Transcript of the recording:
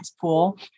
pool